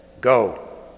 Go